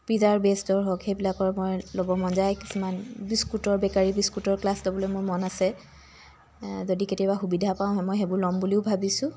পিজাৰ বে'ছৰ হওক সেইবিলাকৰ মই ল'ব মন যায় কিছুকাম বিস্কুটৰ বেকাৰী বিস্কুটৰ ক্লাছ ল'বলৈ মোৰ মন আছে যদি কেতিয়াবা সুবিধা পাওঁ মই সেইবোৰ ল'ম বুলিও ভাবিছোঁ